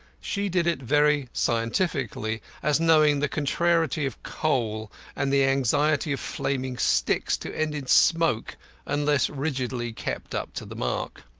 she did it very scientifically, as knowing the contrariety of coal and the anxiety of flaming sticks to end in smoke unless rigidly kept up to the mark.